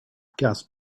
gas